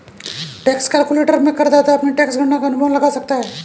tax calculator में करदाता अपनी टैक्स गणना का अनुमान लगा सकता है